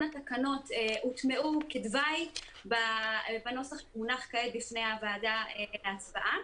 התקנות הוטמעו כדבעי בנוסח שמונח כעת בפני הוועדה להצבעה.